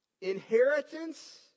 inheritance